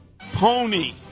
pony